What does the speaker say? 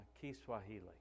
Kiswahili